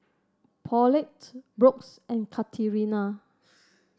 Paulette Brooks and Katarina